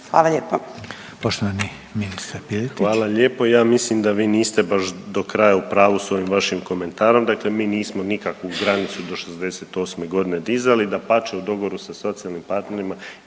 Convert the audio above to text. Piletić. **Piletić, Marin (HDZ)** Hvala lijepo. Ja mislim da vi niste baš do kraj u pravu sa ovim vašim komentarom. Dakle, mi nismo nikakvu granicu do 68 godine dizali. Dapače, u dogovoru sa socijalnim partnerima